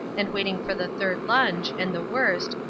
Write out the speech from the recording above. and waiting for the third lunge, and the worst,